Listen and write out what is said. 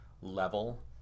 level